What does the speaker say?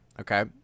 Okay